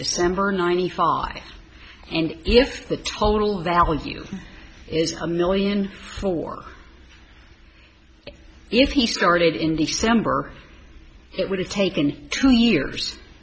december ninety five and if the total value is a million for if he started in december it would have taken two years